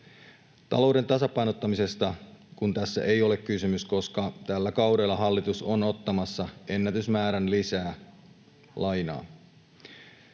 Talouden tasapainottamisesta tässä ei ole kysymys, koska tällä kaudella hallitus on ottamassa ennätysmäärän lisää lainaa.